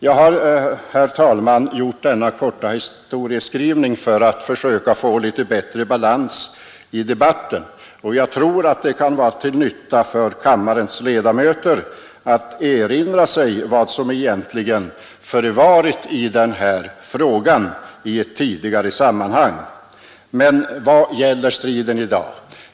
Jag har, herr talman, gjort denna korta historieskrivning för att försöka få litet bättre balans i debatten, och jag tror att det kan vara till nytta för kammarens ledamöter att erinra sig vad som egentligen förevarit i denna fråga tidigare. Men vad gäller striden i dag?